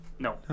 No